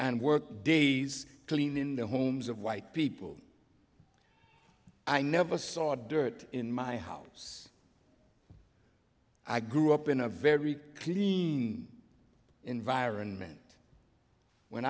and work days clean in the homes of white people i never saw dirt in my house i grew up in a very clean environment when